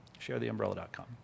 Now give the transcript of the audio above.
sharetheumbrella.com